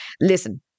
listen